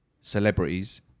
celebrities